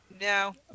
No